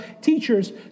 teachers